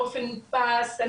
באופן מודפס,